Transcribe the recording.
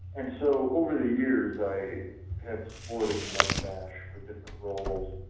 and so over the years i have sported the mustache for different roles.